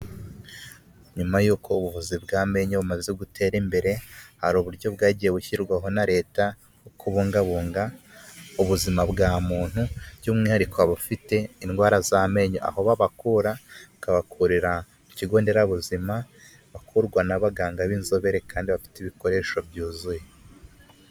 Nyuma y'uko ubuvuzi bw'amenenyo bumaze gutera imbere, hari uburyo bwagiye bushyirwaho na leta bwo kubungabunga ubuzima bwa muntu by'umwihariko abafite indwara z'amenyo, aho babakura bakabakurira ku ikigo nderabuzima bakurwa n'abaganga b'inzobere kandi bafite ibikoresho byuzuye.